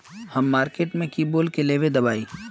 हम मार्किट में की बोल के लेबे दवाई?